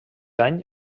any